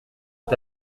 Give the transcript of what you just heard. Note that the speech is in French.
est